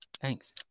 Thanks